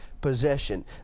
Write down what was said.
possession